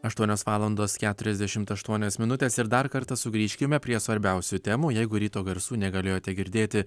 aštuonios valandos keturiasdešimt aštuonios minutės ir dar kartą sugrįžkime prie svarbiausių temų jeigu ryto garsų negalėjote girdėti